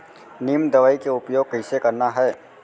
नीम दवई के उपयोग कइसे करना है?